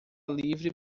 livre